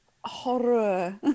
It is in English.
horror